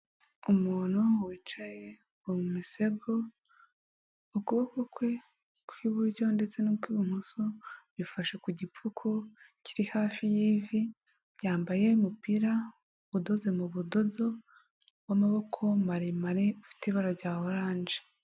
Umuntu wicaye mu musego, ukuboko kwe kw'iburyo ndetse n'ukw'ibumoso bifashe ku gipfuko kiri hafi y'ivi, yambaye umupira udoze mu budodo, w'amaboko maremare, ufite ibara rya oranje.